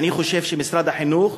ואני חושב שמשרד החינוך